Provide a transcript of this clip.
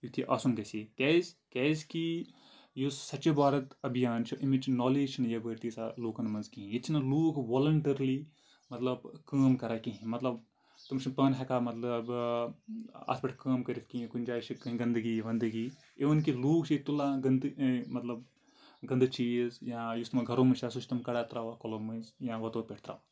یُتھ یہِ آسُن گژھِ ہے کیازِ کیازِ کہِ یُس سۄچہِ بھارت ابھیان چھِ أمِچ نالیج چھِنہٕ یَپٲرۍ تیٖژاہ لُکَن منٛز کِہیٖنۍ ییٚتہِ چھِنہٕ لُکھ والَنٹٔرٕلی مطلب کٲم کَران کِہیٖنۍ مطلب تِم چھِنہٕ پانہٕ ہٮ۪کان مطلب اَتھ پٮ۪ٹھ کٲم کٔرِتھ کِہیٖنۍ کُنہِ جایہِ چھِ گنٛدگی وَنٛدگی اِوٕن کہِ لُکھ چھِ ییٚتہِ تُلان گنٛدٕ مطلب گنٛدٕ چیٖز یا یُس تِمَن گَرو منٛز چھِ آسان سُہ چھِ تِم کَڑان ترٛاوان کۄلو منٛز یا وَتو پٮ۪ٹھ ترٛاوان